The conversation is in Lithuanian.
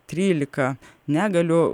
trylika negalių